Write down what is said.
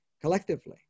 collectively